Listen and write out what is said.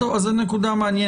אז טוב, אז זו נקודה מעניינת.